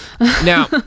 now